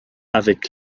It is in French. avec